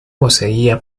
poseía